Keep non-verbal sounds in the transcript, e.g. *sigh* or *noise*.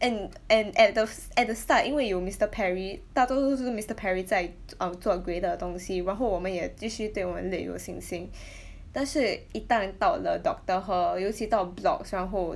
and and at the at the start 因为有 mister Perry 大多数都是 mister Perry 在 err 做别的东西然后我们也继续对我们 lit 有信心 *breath* 但是一旦到了 doctor Herr 尤其到 blogs 然后